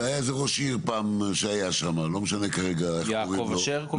היה ראש עיר שהיה פעם שם --- יעקב אשר קוראים לו?